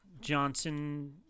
Johnson